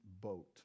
boat